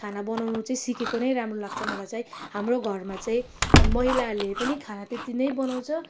खाना बनाउनु चाहिँ सिकेको नै राम्रो लाग्छ मलाई चाहिँ हाम्रो घरमा चाहिँ महिलाले पनि खाना त्यति नै बनाउँछ